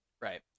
right